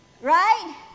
Right